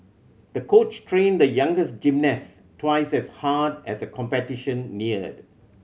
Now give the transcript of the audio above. the coach trained the young gymnast twice as hard as the competition neared